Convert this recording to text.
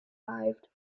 arrived